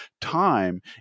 Time